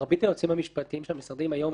מרבית היועצים המשפטיים של המשרדים היום,